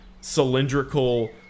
cylindrical